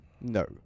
No